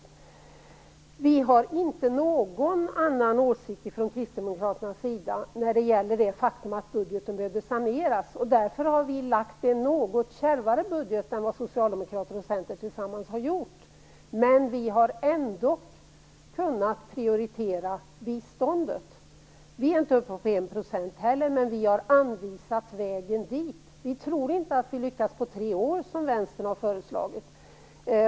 Från kristdemokraternas sida har vi inte någon annan åsikt om det faktum att budgeten behövde saneras. Därför har vi lagt fram än något kärvare budget än vad Socialdemokraterna tillsammans med Centern har gjort. Men vi har ändå kunnat prioritera biståndet. Inte heller vi är uppe på 1 %, men vi har anvisat vägen dit. Vi tror inte att vi lyckas på tre år, som Vänstern har föreslagit.